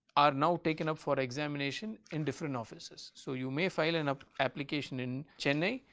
are now taken up for examination in different offices. so, you may fail in up application in chennai,